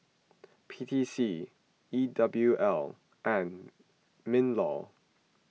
P T C E W L and MinLaw